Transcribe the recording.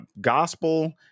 gospel